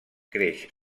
creix